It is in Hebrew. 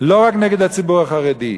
לא רק נגד הציבור החרדי.